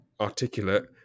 articulate